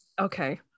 Okay